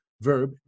verb